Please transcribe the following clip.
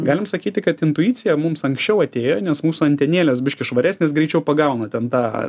galim sakyti kad intuicija mums anksčiau atėjo nes mūsų antenėlės biškį švaresnės greičiau pagauna ten tą